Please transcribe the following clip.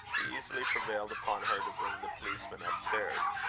he easily prevailed upon her to bring the policeman upstairs.